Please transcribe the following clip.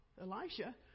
Elisha